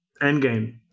Endgame